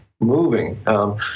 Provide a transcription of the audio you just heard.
moving—